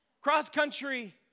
cross-country